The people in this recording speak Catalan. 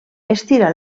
estira